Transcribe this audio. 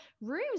rooms